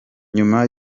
nyuma